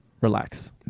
relax